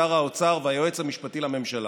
שר האוצר והיועץ המשפטי לממשלה,